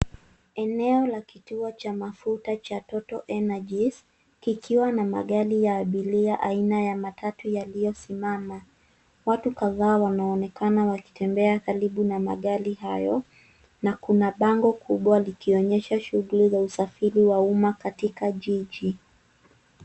Eneo la kituo cha mafuta cha total energies kikiwa na magari ya abiria aina ya matatu yaliosimama watu kadhaa wanaonekana wakitembea karibu na magari hayo na kuna bango kubwa likionyesha shughuli za usafiri wa umma katika jiji.